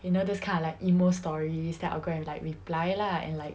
you know those kind of like emo stories then I will go and reply lah and like